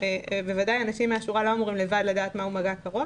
בוודאי אנשים מהשורה לא אמורים לבד לדעת מהו מגע קרוב.